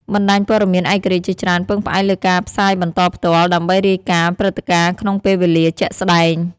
បណ្តាញព័ត៌មានឯករាជ្យជាច្រើនពឹងផ្អែកលើការផ្សាយបន្តផ្ទាល់ដើម្បីរាយការណ៍ព្រឹត្តិការណ៍ក្នុងពេលវេលាជាក់ស្តែង។